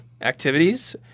activities